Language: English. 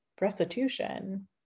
Restitution